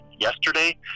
yesterday